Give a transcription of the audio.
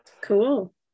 cool